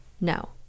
No